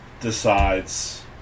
decides